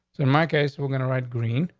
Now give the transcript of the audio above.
so in my case, we're gonna write green.